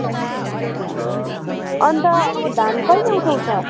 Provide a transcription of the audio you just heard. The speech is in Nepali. अन्त अब धान कहिले उठाउँछ